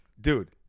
dude